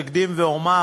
אקדים ואומר,